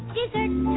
Dessert